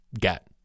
get